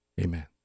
Amen